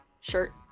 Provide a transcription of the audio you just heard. shirt